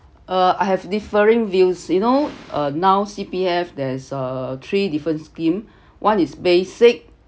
uh I have differing views you know uh now C_P_F there's a three different scheme one is basic